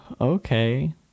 okay